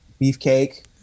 Beefcake